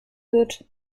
wird